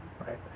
right